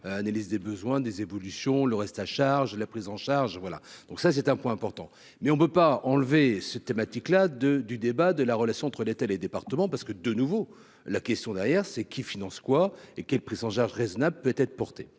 analyse des besoins des évolutions, le reste à charge, la prise en charge, voilà, donc ça c'est un point important, mais on ne peut pas enlever cette thématique là de du débat de la relation entre l'État, les départements parce que de nouveau la question derrière c'est : qui finance quoi et quelle prix charge raisonnable peut être porté